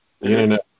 Internet